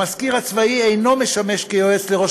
המזכיר הצבאי אינו משמש כיועץ לראש